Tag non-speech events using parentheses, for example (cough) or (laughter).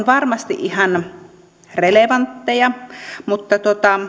(unintelligible) varmasti ihan relevantteja mutta